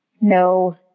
No